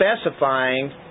specifying